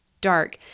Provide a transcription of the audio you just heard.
dark